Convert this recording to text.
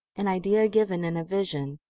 an idea given in a vision,